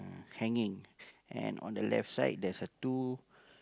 hanging and on the left side there's a two